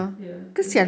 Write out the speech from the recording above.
ya ya